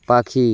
পাখি